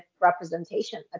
representation